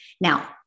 Now